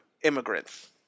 immigrants